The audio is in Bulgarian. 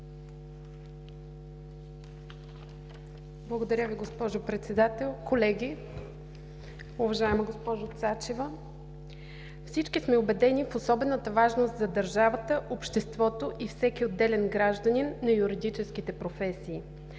Благодаря Ви, госпожо Председател. Колеги, уважаема госпожо Цачева! Всички сме убедени в особената важност за държавата, обществото и всеки отделен гражданин на юридическите професии.